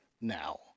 now